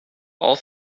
all